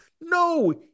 no